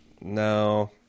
No